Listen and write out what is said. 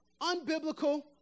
unbiblical